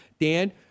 Dan